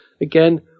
Again